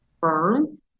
firm